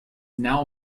now